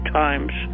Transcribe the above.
times